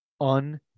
un